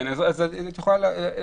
לירון, תעבדו על זה אחר כך ונראה.